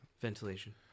ventilation